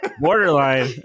Borderline